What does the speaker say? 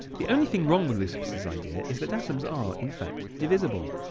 the only thing wrong with leucippus's idea is that atoms are, in fact, divisible.